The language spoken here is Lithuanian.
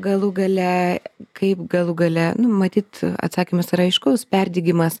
galų gale kaip galų gale nu matyt atsakymus yra iškus perdegimas